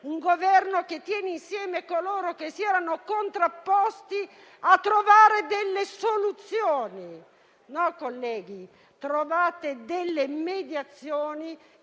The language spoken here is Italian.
opposti che tiene insieme coloro che si erano contrapposti, a trovare delle soluzioni. No, colleghi: voi trovate delle mediazioni